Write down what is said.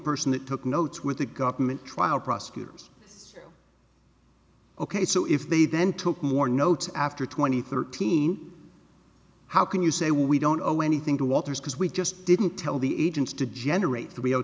person that took notes with the government trial prosecutors ok so if they then took more notes after twenty thirteen how can you say we don't owe anything to walters because we just didn't tell the agents to generate the rio